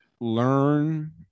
learn